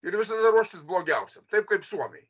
ir visada ruoštis blogiausiam taip kaip suomiai